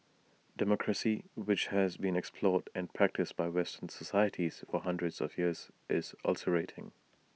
democracy which has been explored and practised by western societies for hundreds of years is ulcerating